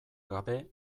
gabe